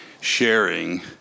sharing